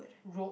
road